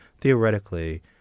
theoretically